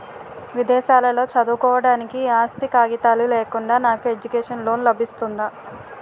విదేశాలలో చదువుకోవడానికి ఆస్తి కాగితాలు లేకుండా నాకు ఎడ్యుకేషన్ లోన్ లబిస్తుందా?